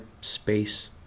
space